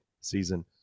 season